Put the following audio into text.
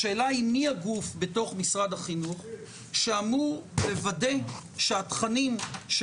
השאלה היא מי הגוף בתוך משרד החינוך שאמור לוודא שהתכנים של